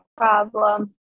problem